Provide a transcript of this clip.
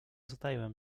zataiłem